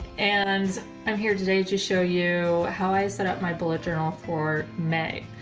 and i'm here today to show you how i set up my bullet journal for may.